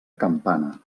campana